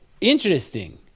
Interesting